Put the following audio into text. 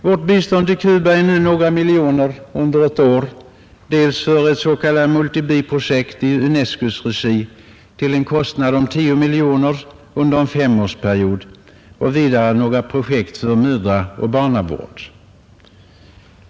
Vårt bistånd till Cuba är nu några miljoner under ett år dels för ett s.k. multibi-projekt i UNESCO:s regi till en kostnad av 10 miljoner kronor under en femårsperiod, dels några projekt för mödraoch barnavård.